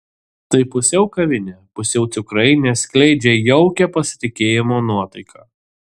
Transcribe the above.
tai pusiau kavinė pusiau cukrainė skleidžia jaukią pasitikėjimo nuotaiką